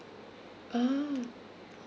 ah